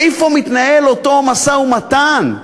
איפה מתנהל אותו משא-ומתן?